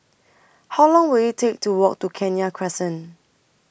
How Long Will IT Take to Walk to Kenya Crescent